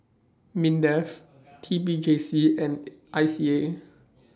Mindef T P J C and I C A